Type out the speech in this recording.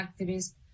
activists